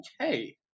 okay